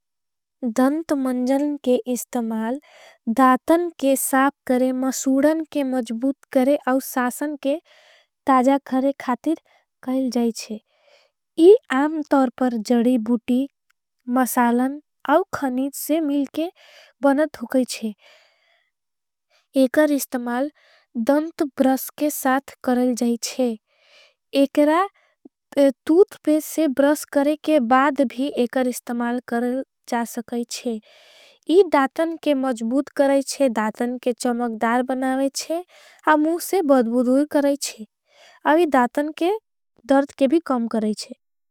धन्त मन्जन के इस्तमाल दातन के साप करे मसूडन के। मजबूत करेऔर सासन के ताज़ा करे खातिर कर जाएचे। इस आमतर पर जड़ी बुटी मसालन और खनीच से। मिलके बनत हो गयेचे एकर इस्तमाल धन्त ब्रस के। साथ कर जाएचे इस दातन के मजबूत करेचे। दातन के चमकदार बनावेचे मूसे बद्भूदूर करेचे। अवी दातन के दर्ध के भी कम करेचे।